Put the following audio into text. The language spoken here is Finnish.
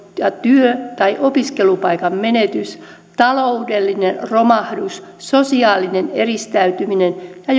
ja työ tai opiskelupaikan menetys taloudellinen romahdus sosiaalinen eristäytyminen ja